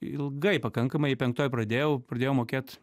ilgai pakankamai penktoje pradėjau pradėjo mokėt